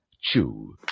chew